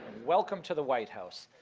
welcome to the white house.